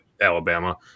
Alabama